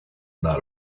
not